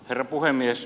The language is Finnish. herra puhemies